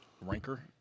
Ranker